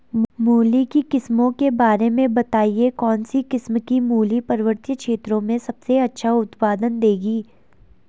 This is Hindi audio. मूली की किस्मों के बारे में बताइये कौन सी किस्म की मूली पर्वतीय क्षेत्रों में सबसे अच्छा उत्पादन देंगी?